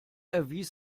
erwies